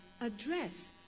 address